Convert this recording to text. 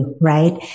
right